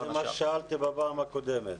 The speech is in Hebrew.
זה מה ששאלתי בפעם הקודמת.